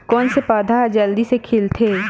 कोन से पौधा ह जल्दी से खिलथे?